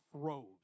froze